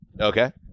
Okay